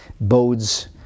bodes